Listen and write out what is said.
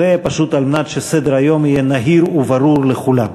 אז זה פשוט על מנת שסדר-היום יהיה נהיר וברור לכולם.